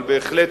אבל בהחלט